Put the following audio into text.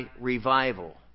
revival